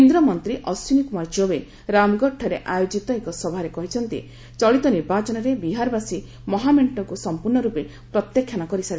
କେନ୍ଦ୍ରମନ୍ତ୍ରୀ ଅଶ୍ୱିନୀ କୁମାର ଚୌବେ ରାମଗଡଠାରେ ଆୟୋଜିତ ଏକ ସଭାରେ କହିଛନ୍ତି ଚଳିତ ନିର୍ବାଚନରେ ବିହାରବାସୀ ମହାମେଂଟକୁ ସମ୍ପୁର୍ଷରୂପେ ପ୍ରତ୍ୟାଖ୍ୟାନ କରିସାରିଛନ୍ତି